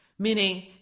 Meaning